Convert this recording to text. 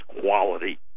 quality